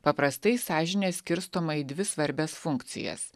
paprastai sąžinė skirstoma į dvi svarbias funkcijas